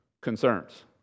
Concerns